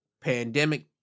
pandemic